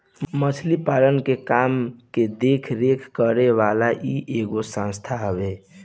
मछरी पालन के काम के देख रेख करे वाली इ एगो संस्था हवे